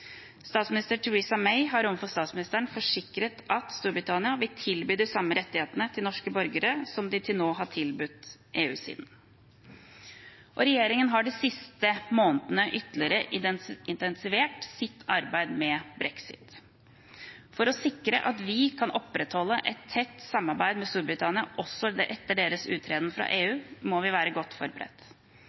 Statsminister Theresa May har overfor statsministeren forsikret at Storbritannia vil tilby de samme rettighetene til norske borgere som de nå har tilbudt EU-siden. Regjeringen har de siste månedene ytterligere intensivert sitt arbeid med brexit. For å sikre at vi kan opprettholde et tett samarbeid med Storbritannia også etter deres uttreden fra EU, må vi være godt forberedt.